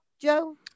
Joe